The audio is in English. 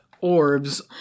Orbs